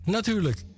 Natuurlijk